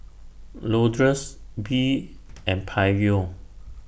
Lourdes Bee and Pryor